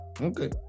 Okay